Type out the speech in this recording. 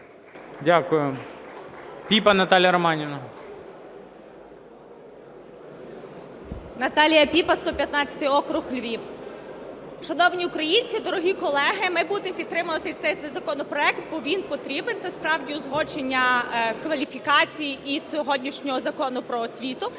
Дякую. Піпа Наталія Романівна. 11:57:00 ПІПА Н.Р. Наталія Піпа, 115 округ, Львів. Шановні українці, дорогі колеги, ми будемо підтримувати цей законопроект, бо він потрібен. Це справді узгодження кваліфікації і сьогоднішнього Закону "Про освіту".